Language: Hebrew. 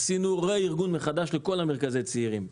עשינו רה-ארגון מחדש לכל מרכזי הצעירים.